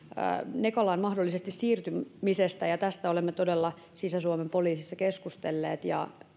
nekalan mahdollisesta siirtymisestä tästä olemme todella sisä suomen poliisissa keskustelleet ja